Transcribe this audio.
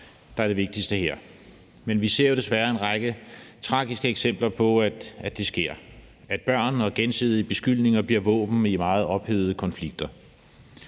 der er det vigtigste her. Men vi ser jo desværre en række tragiske eksempler på, at det sker – at børn og gensidige beskyldninger bliver våben i meget ophedede konflikter.